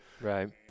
Right